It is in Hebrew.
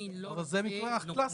זה מקרה קלאסי.